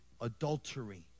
adultery